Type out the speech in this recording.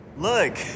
Look